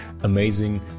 amazing